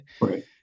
Right